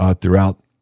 throughout